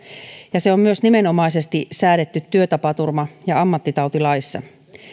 ja se on myös nimenomaisesti säädetty työtapaturma ja ammattitautilaissa